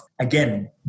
again